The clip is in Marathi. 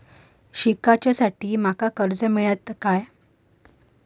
शिकाच्याखाती माका कर्ज मेलतळा काय?